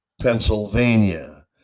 Pennsylvania